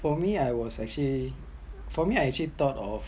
for me I was actually for me I actually thought of